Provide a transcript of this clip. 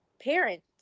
parents